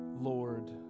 Lord